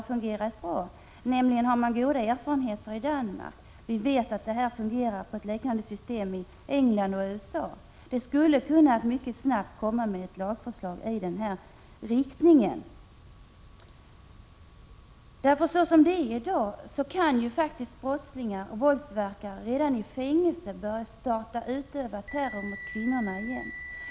I Danmark t.ex. har man goda erfarenheter. Vi vet också att ett liknande system fungerar i England och USA. Det skulle mycket snabbt kunna komma ett lagförslag i denna riktning. I dag kan brottslingar och våldsverkare redan i fängelset börja utöva terror mot kvinnorna igen.